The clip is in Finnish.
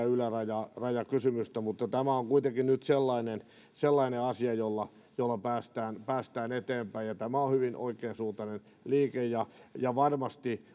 ylärajakysymystä mutta tämä on kuitenkin nyt sellainen sellainen asia jolla päästään päästään eteenpäin tämä on on hyvin oikeansuuntainen liike ja ja varmasti